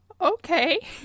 okay